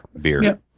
Beer